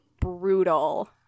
brutal